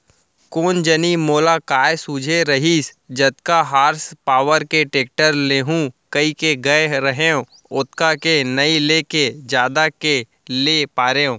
कोन जनी मोला काय सूझे रहिस जतका हार्स पॉवर के टेक्टर लेहूँ कइके गए रहेंव ओतका के नइ लेके जादा के ले पारेंव